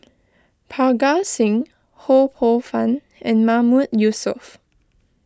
Parga Singh Ho Poh Fun and Mahmood Yusof